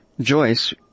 Joyce